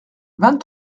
vingt